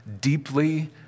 deeply